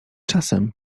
czasem